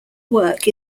work